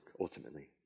ultimately